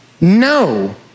no